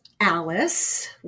Alice